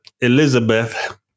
elizabeth